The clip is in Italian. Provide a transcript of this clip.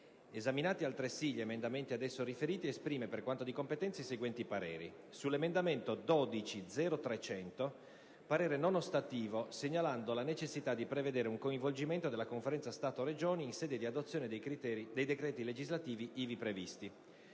Esaminati altresì gli emendamenti ad esso riferiti, esprime, per quanto di competenza, i seguenti pareri: - sull'emendamento 12.0.300 parere non ostativo, segnalando la necessità di prevedere un coinvolgimento della Conferenza Stato-Regioni in sede di adozione dei decreti legislativi ivi previsti;